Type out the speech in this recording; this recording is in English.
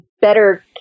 better